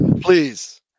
please